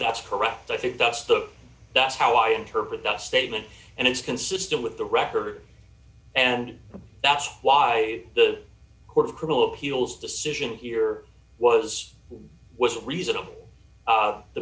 that's correct i think that's the that's how i interpret that statement and it's consistent with the record and that's why the court of criminal appeals decision here was was it reasonable